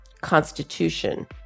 constitution